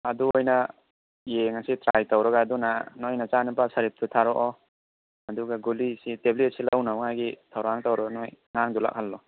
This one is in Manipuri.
ꯑꯗꯨ ꯑꯣꯏꯅ ꯌꯦꯡꯑꯁꯤ ꯇ꯭ꯔꯥꯏ ꯇꯧꯔꯒ ꯑꯗꯨꯅ ꯅꯣꯏ ꯅꯆꯥꯅꯨꯄꯥ ꯁꯔꯤꯐꯇꯣ ꯊꯔꯛꯑꯣ ꯑꯗꯨꯒ ꯒꯨꯂꯤꯁꯤ ꯇꯦꯕꯂꯦꯠꯁꯤ ꯂꯧꯅꯃꯉꯥꯏꯒꯤ ꯊꯧꯔꯥꯡ ꯇꯧꯔꯣ ꯅꯣꯏ ꯑꯉꯥꯡꯗꯣ ꯂꯥꯛꯍꯜꯂꯣ